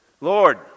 Lord